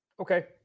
okay